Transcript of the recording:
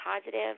positive